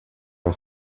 não